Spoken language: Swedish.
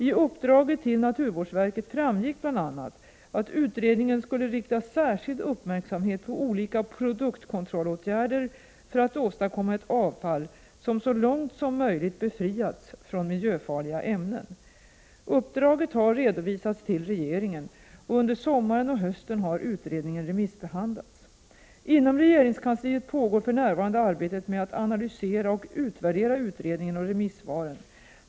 I uppdraget till naturvårdsverket framgick bl.a. att utredningen skulle rikta särskild uppmärksamhet på olika produktkontrollåtgärder för att åstadkomma ett avfall som så långt som möjligt befriats från miljöfarliga ämnen. Uppdraget har redovisats till regeringen, och under sommaren och hösten har utredningen remissbehandlats. Inom regeringskansliet pågår för närvarande arbetet med att analysera och utvärdera utredningen och remissvaren.